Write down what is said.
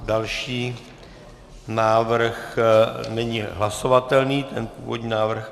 Další návrh není hlasovatelný, ten původní návrh